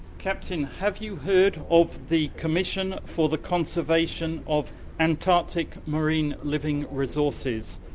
captain, have you heard of the commission for the conservation of antarctic marine living resources,